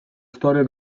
storia